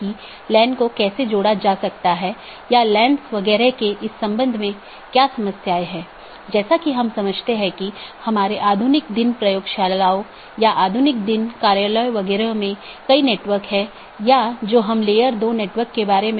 यदि आप पिछले लेक्चरों को याद करें तो हमने दो चीजों पर चर्चा की थी एक इंटीरियर राउटिंग प्रोटोकॉल जो ऑटॉनमस सिस्टमों के भीतर हैं और दूसरा बाहरी राउटिंग प्रोटोकॉल जो दो या उससे अधिक ऑटॉनमस सिस्टमो के बीच है